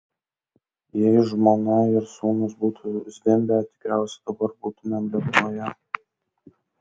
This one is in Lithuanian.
jei žmona ir sūnus būtų zvimbę tikriausiai dabar būtumėm lietuvoje